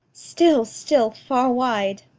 still, still, far wide!